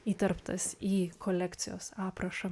įterptas į kolekcijos aprašą